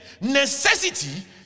Necessity